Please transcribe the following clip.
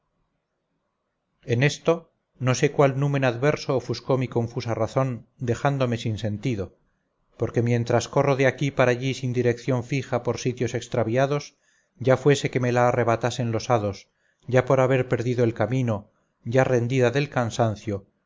en esto no sé cuál numen adverso ofuscó mi confusa razón dejándome sin sentido porque mientras corro de aquí para allí sin dirección fija por sitios extraviados ya fuese que me la arrebatasen los hados ya por haber perdido el camino ya rendida del cansancio